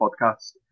podcast